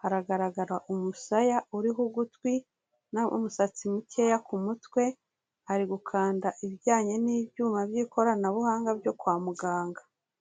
haragaragara umusaya uriho ugutwi n'umumusatsi mukeya ku mutwe, ari gukanda ibijyanye n'ibyuma by'ikoranabuhanga byo kwa muganga.